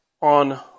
on